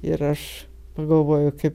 ir aš pagalvojau kaip